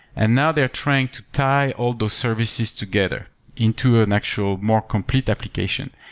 and now, they're trying to tie all those services together into an actual more complete application.